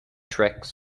tricks